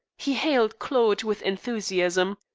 he hailed claude with enthusiasm.